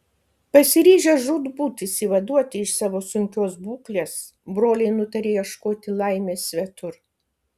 pasiryžę žūtbūt išsivaduoti iš savo sunkios būklės broliai nutarė ieškoti laimės svetur